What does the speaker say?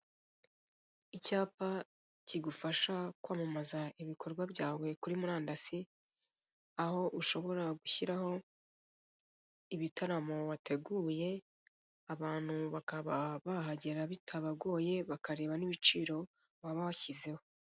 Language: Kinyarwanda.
Icyapa kigufasha kwamamaza ibikorwa byawe kuri murandasi aho ushobora gushyiraho ibitaramo wateguye abantu bakaba bahagera bitabagoye bakareba n'ibiciro waba washyizeho.